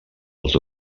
als